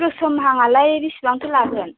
गोसोमहाङालाय बिसिबांथो लागोन